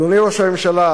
אדוני ראש הממשלה,